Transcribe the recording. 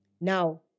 Now